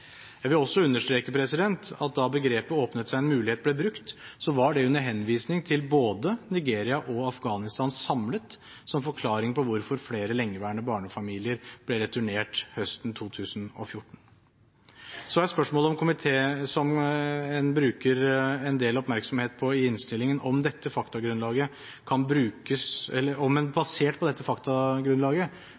Jeg vil også understreke at da begrepet «åpnet seg en mulighet» ble brukt, var det under henvisning til både Nigeria og Afghanistan samlet, som forklaring på hvorfor flere lengeværende barnefamilier ble returnert høsten 2014. Så er spørsmålet, som en bruker en del oppmerksomhet på i innstillingen, om en basert på dette faktagrunnlaget kan bruke begrepet at «det åpnet seg en